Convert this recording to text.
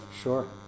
sure